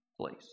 place